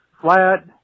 flat